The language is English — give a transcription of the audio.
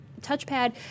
touchpad